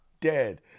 dead